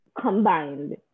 combined